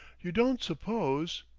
you don't suppose?